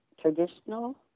traditional